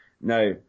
Now